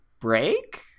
break